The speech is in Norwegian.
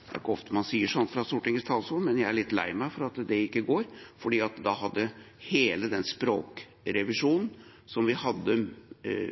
ikke går, for da ville hele den språkrevisjonen vi hadde